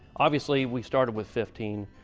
obviously we started with fifteen.